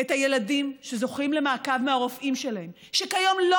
שהילדים שזוכים למעקב מהרופאים שלהם שכיום לא